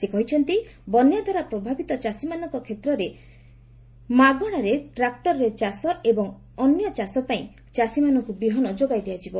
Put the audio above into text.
ସେ କହିଛନ୍ତି ବନ୍ୟାଦ୍ୱାରା ପ୍ରଭାବିତ ଚାଷୀମାନଙ୍କ କ୍ଷେତ୍ରରେ ମାଗଣାରେ ଟ୍ରାକ୍ଟରରେ ଚାଷ ଏବଂ ଅନ୍ୟ ଚାଷ ପାଇଁ ଚାଷୀଙ୍କୁ ବିହନ ଯୋଗାଇ ଦିଆଯିବ